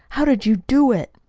how did you do it?